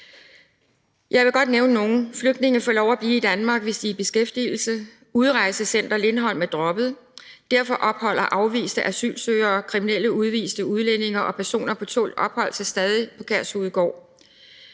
Jeg vil godt nævne nogle af lempelserne: Flygtninge får lov at blive i Danmark, hvis de er i beskæftigelse; udrejsecenter Lindholm er droppet, og derfor opholder afviste asylansøgere og kriminelle udviste udlændinge og personer på tålt ophold sig stadig på Kærshovedgård,